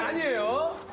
ah you